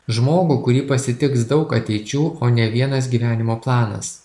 žmogų kurį pasitiks daug ateičių o ne vienas gyvenimo planas